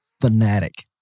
fanatic